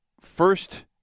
first